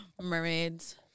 mermaids